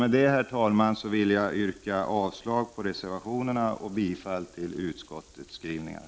Med detta, herr talman, vill jag yrka avslag på reservationerna och bifall till utskottets skrivningar.